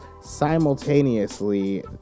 simultaneously